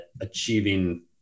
achieving